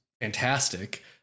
fantastic